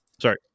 sorry